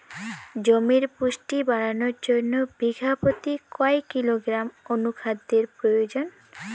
জমির পুষ্টি বাড়ানোর জন্য বিঘা প্রতি কয় কিলোগ্রাম অণু খাদ্যের প্রয়োজন?